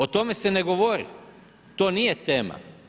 O tome se ne govori, to nije tema.